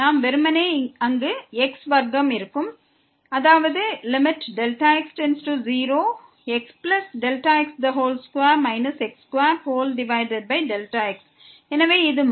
வெறுமனே அங்கு x வர்க்கம் இருக்கும் அதாவது Δx→0xx2 x2x எனவே இது மாறும்